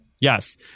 yes